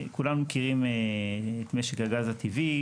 כולם מכירים את משק הגז הטבעי.